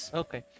okay